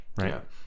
right